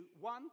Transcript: one